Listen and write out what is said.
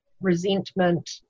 resentment